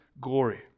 glory